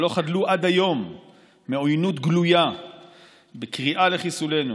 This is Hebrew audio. שלא חדלו עד היום מעוינות גלויה בקריאה לחיסולנו.